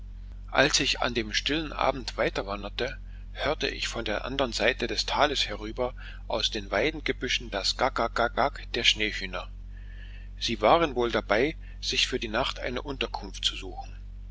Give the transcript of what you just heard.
als ich an dem stillen abend weiterwanderte hörte ich von der andern seite des tals herüber aus den weidengebüschen das gack gack gack gack der schneehühner sie waren wohl dabei sich für die nacht eine unterkunft zu suchen